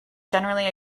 generally